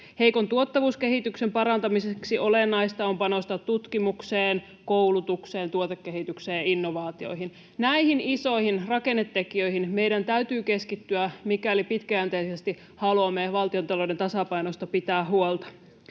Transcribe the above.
Heikon tuottavuuskehityksen parantamiseksi olennaista on panostaa tutkimukseen, koulutukseen, tuotekehitykseen ja innovaatioihin. Näihin isoihin rakennetekijöihin meidän täytyy keskittyä, mikäli pitkäjänteisesti haluamme pitää huolta valtiontalouden tasapainosta. Arvoisa